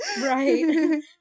Right